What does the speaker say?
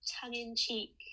tongue-in-cheek